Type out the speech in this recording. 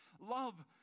Love